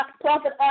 Prophet